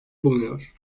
bulunuyor